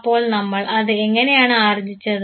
അപ്പോൾ നമ്മൾ അത് എങ്ങനെയാണ് ആർജ്ജിച്ചത്